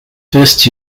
first